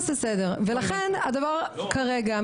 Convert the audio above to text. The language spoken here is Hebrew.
כרגע,